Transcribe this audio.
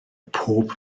pob